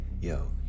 Yo